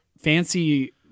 fancy